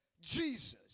Jesus